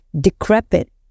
decrepit